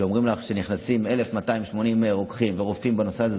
כשאומרים לך שנכנסים 1,280 רוקחים ורופאים בנושא הזה,